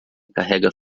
carrega